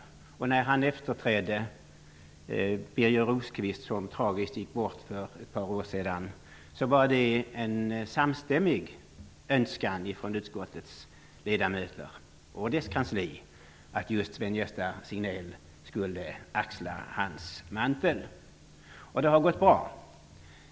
När Sven Gösta Signell efterträdde Birger Rosqvist, som tragiskt gick bort för ett par år sedan, var det en samstämmig önskan från utskottets ledamöter och dess kansli att just Sven-Gösta Signell skulle axla hans mantel. Och det har gått bra.